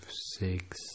six